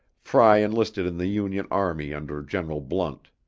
frey enlisted in the union army under general blunt.